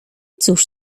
cóż